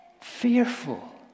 fearful